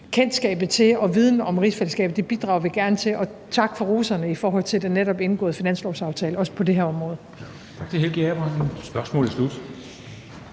kendskabet til og viden om rigsfællesskabet, bidrager vi gerne med. Og tak for roserne i forhold til den netop indgåede finanslovsaftale, også på det her område.